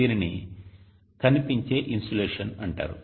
దీనిని కనిపించే ఇన్సోలేషన్ అంటారు